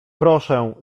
proszę